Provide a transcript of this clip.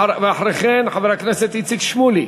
אחרי כן, חבר הכנסת איציק שמולי,